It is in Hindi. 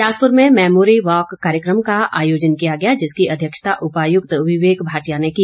बिलासपुर में मैमोरी वॉक कार्यक्रम का आयोजन किया गया जिसकी अध्यक्षता उपायुक्त विवेक भाटिया ने की